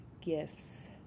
gifts